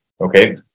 Okay